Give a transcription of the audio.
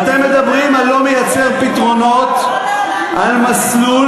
אתם מדברים על לא מייצר פתרונות, לא לעולם חוסן.